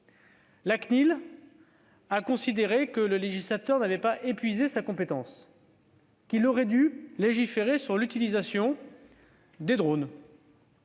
(CNIL) a considéré que le législateur n'avait pas épuisé sa compétence et qu'il aurait dû légiférer sur l'utilisation des drones.